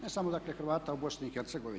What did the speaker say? Ne samo dakle Hrvata u BiH.